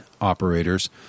operators